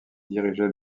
dirigeait